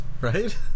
Right